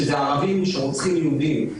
שהם ערבים שרוצחים יהודים.